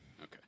Okay